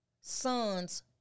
sons